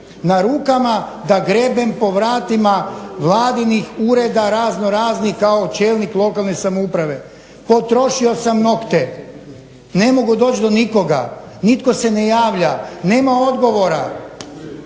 na rukama da grebem po vratima vladinih ureda raznoraznih kao čelnik lokalne samouprave, potrošio sam nokte. Ne mogu doći do nikoga, nitko se ne javlja, nema odgovora.